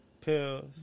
pills